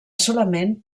solament